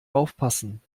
aufpassen